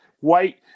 wait